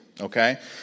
okay